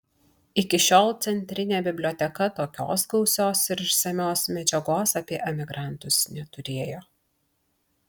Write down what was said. iki šiol centrinė biblioteka tokios gausios ir išsamios medžiagos apie emigrantus neturėjo